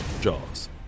Jaws